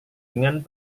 dengan